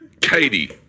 Katie